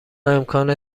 امکان